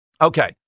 Okay